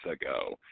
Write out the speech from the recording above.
ago